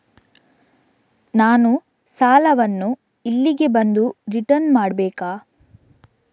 ನಾನು ಸಾಲವನ್ನು ಇಲ್ಲಿಗೆ ಬಂದು ರಿಟರ್ನ್ ಮಾಡ್ಬೇಕಾ?